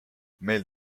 meil